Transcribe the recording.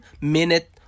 minute